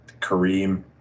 Kareem